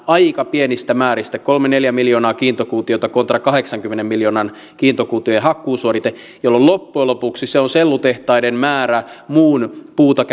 aika pienistä määristä kolme viiva neljä miljoonaa kiintokuutiota kontra kahdeksankymmenen miljoonan kiintokuution hakkuusuorite jolloin loppujen lopuksi se on sellutehtaiden määrä muun puuta